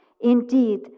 Indeed